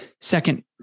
Second